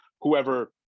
whoever